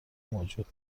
موجود